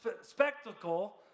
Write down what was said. spectacle